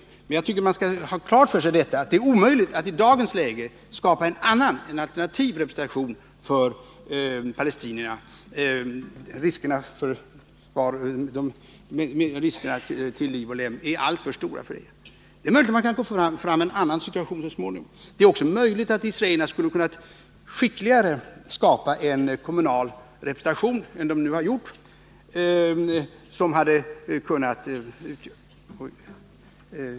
Jag tycker emellertid att man skall ha klart för sig att det är omöjligt för palestinierna att i dagens läge skapa en annan, alternativ representation. Riskerna för repressalier och skador till liv och lem är alltför stora för det. Men det är möjligt att situationen kan bli en annan så småningom. Det är också möjligt att israelerna skulle ha kunnat skapa en skickligare kommunal representation än de nu har gjort.